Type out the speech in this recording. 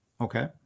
Okay